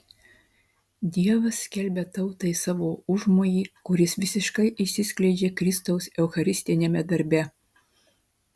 dievas skelbia tautai savo užmojį kuris visiškai išsiskleidžia kristaus eucharistiniame darbe